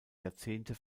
jahrzehnte